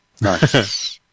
Nice